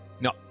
No